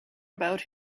about